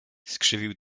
skrzywił